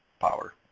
power